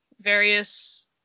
various